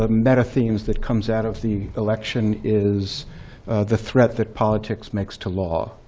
ah meta themes that comes out of the election is the threat that politics makes to law.